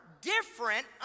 different